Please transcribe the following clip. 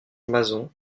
mason